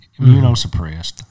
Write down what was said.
immunosuppressed